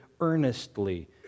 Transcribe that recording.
earnestly